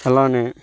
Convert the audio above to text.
అలానే